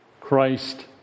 Christ